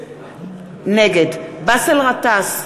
נגד באסל גטאס,